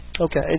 Okay